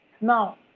Now